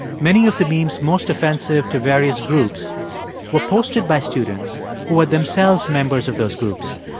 many of the memes most offensive to various groups were posted by students who are themselves members of those groups.